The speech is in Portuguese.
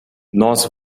nós